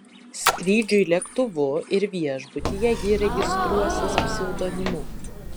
skrydžiui lėktuvu ir viešbutyje ji registruosis pseudonimu